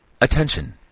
Attention